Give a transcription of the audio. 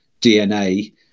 DNA